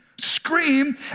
scream